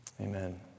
Amen